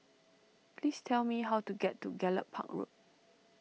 please tell me how to get to Gallop Park Road